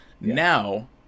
Now